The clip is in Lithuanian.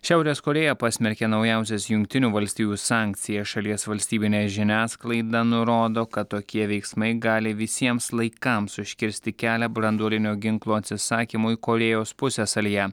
šiaurės korėja pasmerkė naujausias jungtinių valstijų sankcijas šalies valstybinė žiniasklaida nurodo kad tokie veiksmai gali visiems laikams užkirsti kelią branduolinio ginklo atsisakymui korėjos pusiasalyje